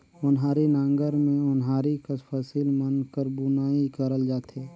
ओन्हारी नांगर मे ओन्हारी कस फसिल मन कर बुनई करल जाथे